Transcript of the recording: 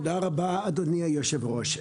תודה רבה, אדוני היושב-ראש.